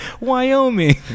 Wyoming